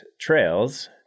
trails